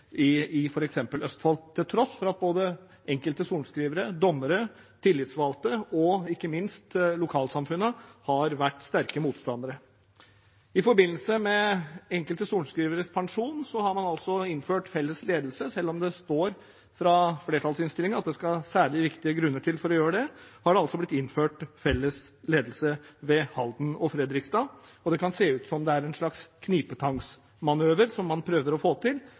til tross for at både enkelte sorenskrivere, dommere, tillitsvalgte og ikke minst lokalsamfunnene har vært sterke motstandere. I forbindelse med at enkelte sorenskrivere pensjoneres, har man innført felles ledelse ved Halden tingrett og Fredrikstad tingrett, selv om det i flertallsinnstillingen står at det skal særlig viktige grunner til for å gjøre det. Det kan se ut som om det er en slags knipetangsmanøver man prøver å få til. Man har presset fram en såkalt frivillig avtale mellom de to og Sarpsborg tingrett og Moss tingrett, uten øvrige hensyn til